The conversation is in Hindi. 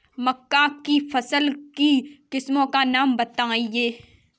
मक्का की फसल की किस्मों का नाम बताइये